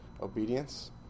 obedience